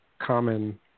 common